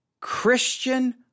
Christian